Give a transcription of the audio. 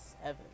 Seven